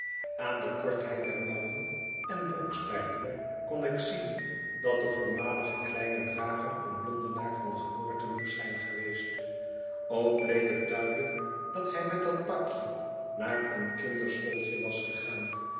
aan de kortheid der mouwen en broekspijpen kon ik zien dat de voormalige kleine drager een londenaar van geboorte moest zijn geweest ook bleek het duidelijk dat hij met dat pakje naar een kinderschooltje was gegaan